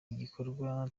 igikorwa